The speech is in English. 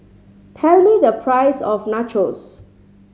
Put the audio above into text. tell me the price of Nachos